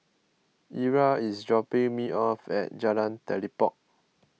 Ira is dropping me off at Jalan Telipok